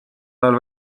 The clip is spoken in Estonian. ajal